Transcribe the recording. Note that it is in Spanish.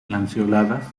lanceoladas